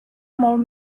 molt